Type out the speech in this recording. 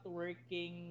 working